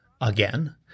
again